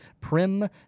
Prim